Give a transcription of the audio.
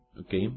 Okay